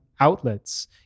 outlets